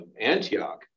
Antioch